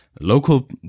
local